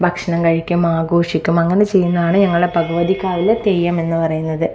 ഭക്ഷണം കഴിക്കും ആഘോഷിക്കും അങ്ങനെ ചെയ്യുന്നതാണ് ഞങ്ങളുടെ ഭഗവതി കാവിലെ തെയ്യം എന്ന് പറയുന്നത്